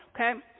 okay